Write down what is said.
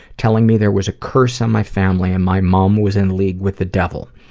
telling me there was a curse on my family and my mom was in league with the devil.